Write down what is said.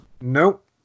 Nope